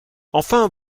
enfin